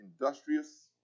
industrious